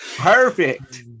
perfect